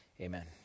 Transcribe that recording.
Amen